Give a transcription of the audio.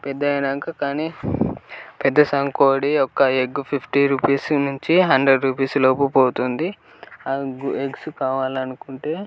పెద్దగయ్యాక కానీ పెద్దసాంగు కోడి ఒక్క ఎగ్ ఫిఫ్టీ రూపీస్ నుంచి హండ్రడ్ రూపీస్ లోపు పోతుంది ఆ గు ఎగ్స్ కావాలనుకుంటే